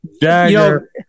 Dagger